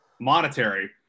Monetary